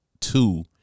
two